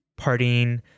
partying